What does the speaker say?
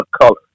color